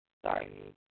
Sorry